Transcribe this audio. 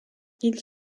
ils